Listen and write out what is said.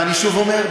ואני שוב אומר,